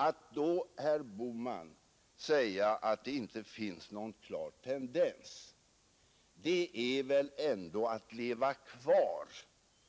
Att då, herr Bohman, säga att det inte finns någon klar tendens är väl ändå att leva kvar,